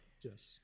yes